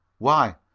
why,